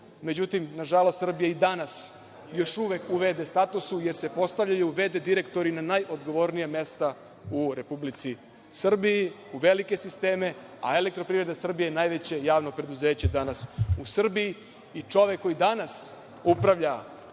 Međutim, nažalost, Srbija je i danas još uvek u v.d. statusu, jer se postavljaju v.d. direktori na najodgovornija mesta u Republici Srbiji, u velike sistem, a EPS je najveće javno preduzeće danas u Srbiji. Čovek koji danas upravlja